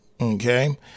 Okay